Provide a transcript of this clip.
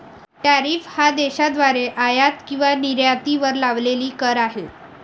tariff हा देशाद्वारे आयात किंवा निर्यातीवर लावलेला कर आहे